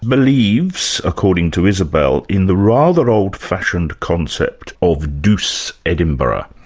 believes, according to isabel, in the rather old-fashioned concept of douce edinburgh.